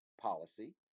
policy